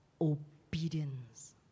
obedience